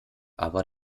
aber